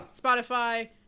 spotify